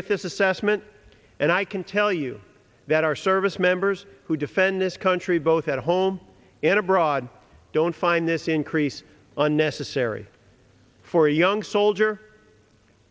with this assessment i can tell you that our service members who defend this country both at home and abroad don't find this increase unnecessary for a young soldier